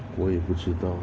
我也不知道